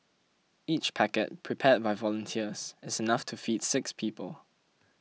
each packet prepared by volunteers is enough to feed six people